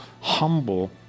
humble